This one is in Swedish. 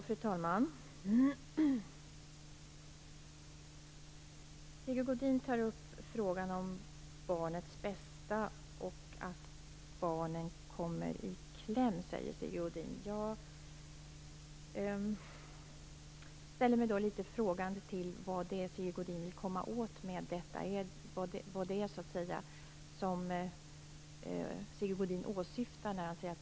Fru talman! Sigge Godin tar upp frågan om barnens bästa och säger att barnen kommer i kläm. Jag ställer mig då litet frågande till vad det är Sigge Godin vill komma åt med detta, vad det är som han åsyftar.